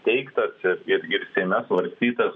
teigtas ir netgi ir seime svarstytas